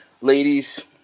ladies